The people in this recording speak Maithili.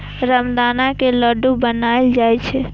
रामदाना के लड्डू बनाएल जाइ छै